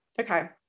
Okay